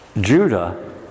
Judah